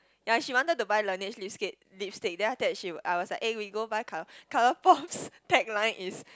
ya she wanted to buy Laneige lipstick~ lipstick then after that she I was like we go and buy colour Colorpop's tagline is